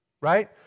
Right